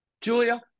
Julia